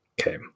Okay